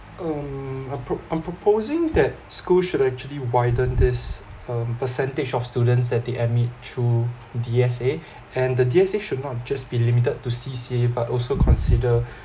um I pro~ I'm proposing that schools should actually widen this um percentage of students that they admit through D_S_A and the D_S_A should not just be limited to C_C_A but also consider